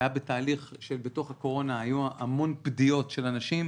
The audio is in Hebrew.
שבתוך הקורונה היו המון פדיות של אנשים